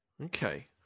Okay